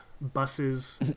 buses